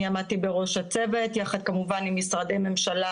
אני עמדתי בראש הצוות, יחד כמובן, עם משרדי ממשלה